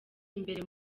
imbere